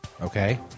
Okay